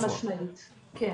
חד משמעית כן.